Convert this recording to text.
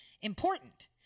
important